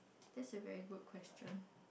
that's a very good question